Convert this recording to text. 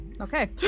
Okay